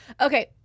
Okay